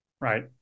Right